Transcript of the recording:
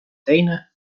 teine